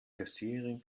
kassiererin